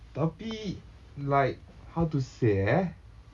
tapi like how to say eh